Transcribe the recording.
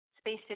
Space